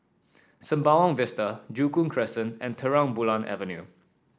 Sembawang Vista Joo Koon Crescent and Terang Bulan Avenue